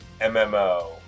mmo